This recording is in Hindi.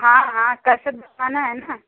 हाँ हाँ कसेट बनवाना है ना